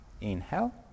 inhale